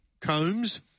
Combs